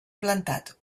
plantat